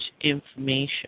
information